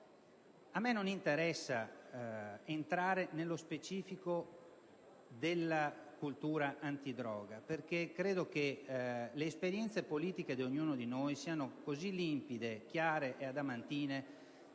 A me non interessa entrare nello specifico della cultura antidroga, perché credo che le esperienze politiche di ognuno di noi siano storicamente così limpide, chiare e adamantine